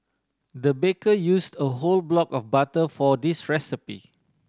the baker used a whole block of butter for this recipe